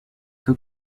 que